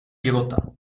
života